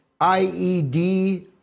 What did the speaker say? IED